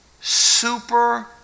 super